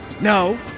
No